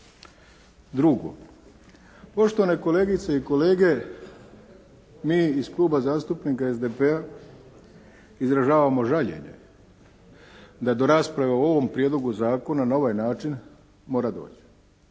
Drugo, poštovane kolegice i kolege mi iz Kluba zastupnika SDP-a izražavamo žaljenje da do rasprave o ovom prijedlogu zakona na ovaj način mora doći.